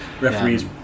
referees